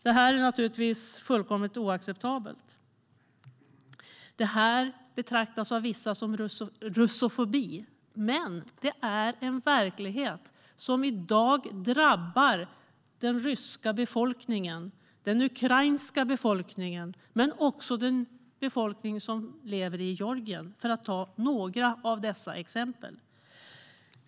Det är naturligtvis fullkomligt oacceptabelt. Detta betraktas av vissa som russofobi. Men det är en verklighet som i dag drabbar den ryska befolkningen och den ukrainska befolkningen men också den befolkning som lever i Georgien, för att ta några exempel.